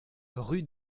rue